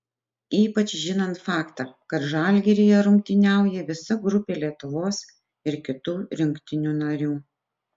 ypač žinant faktą kad žalgiryje rungtyniauja visa grupė lietuvos ir kitų rinktinių narių